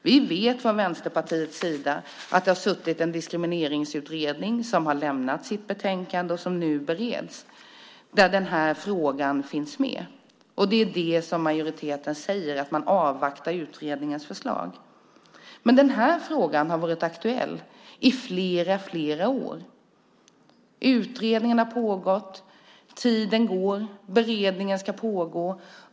Vi vet från Vänsterpartiets sida att det har suttit en diskrimineringsutredning som har lämnat sitt betänkande, vilket nu bereds, där den här frågan finns med. Det är detta majoriteten menar när man säger att man avvaktar utredningens förslag. Men den här frågan har varit aktuell i flera år. Utredningen har pågått, tiden går och beredningen ska pågå.